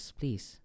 please